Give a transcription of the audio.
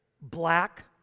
Black